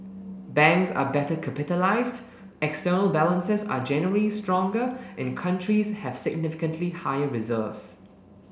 banks are better capitalised external balances are generally stronger and countries have significantly higher reserves